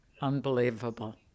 Unbelievable